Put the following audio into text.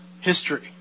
history